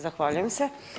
Zahvaljujem se.